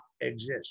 exist